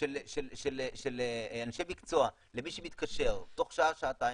של אנשי מקצוע למי שמתקשר תוך שעה-שעתיים,